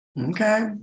okay